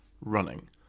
running